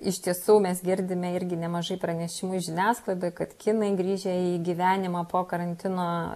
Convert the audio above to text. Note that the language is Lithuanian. iš tiesų mes girdime irgi nemažai pranešimų žiniasklaidoj kad kinai grįžę į gyvenimą po karantino